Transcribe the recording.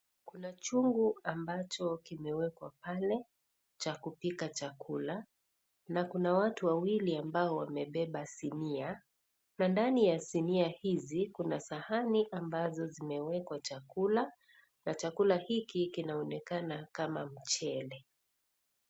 Kuna chungu ambacho kimewekwa pale cha kupika chakula na kuna watu wawili ambao wamebeba sinia na ndani ya sinia hizi kuna sahani ambazo zimewekwa chakula na chakula hiki kinaonekana kama mchele.